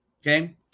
Okay